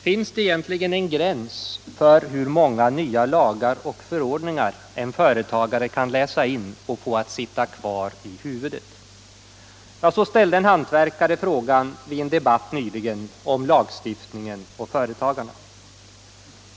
”Finns det egentligen en gräns för hur många lagar och förordningar en företagare kan läsa in och få att sitta kvar i huvudet?” — Så ställde en hantverkare frågan vid en debatt nyligen om lagstiftningen och företagarna.